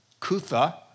Kutha